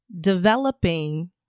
developing